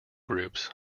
groups